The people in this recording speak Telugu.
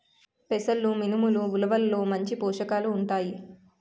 పెసలు మినుములు ఉలవల్లో మంచి పోషకాలు ఉంటాయి